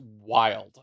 wild